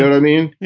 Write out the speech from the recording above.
i mean,